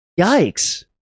Yikes